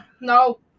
No